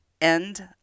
end